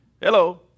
Hello